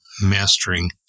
mastering